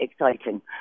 exciting